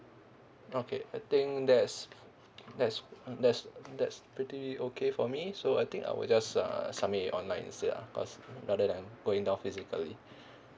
okay I think that's that's mm that's that's pretty okay for me so I think I will just uh submit it online ya cause rather than going down physically